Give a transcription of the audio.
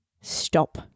Stop